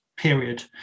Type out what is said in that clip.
period